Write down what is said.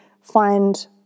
find